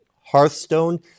Hearthstone